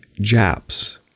Japs